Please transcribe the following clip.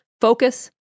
focus